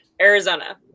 Arizona